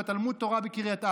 בתלמוד התורה בקריית ארבע,